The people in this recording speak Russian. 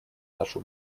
нашу